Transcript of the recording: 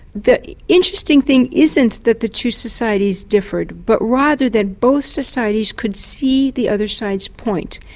the interesting thing isn't that the two societies differed, but rather that both societies could see the other side's point.